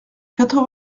quatre